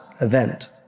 event